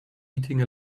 eating